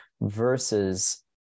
versus